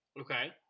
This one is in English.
Okay